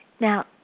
Now